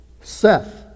Seth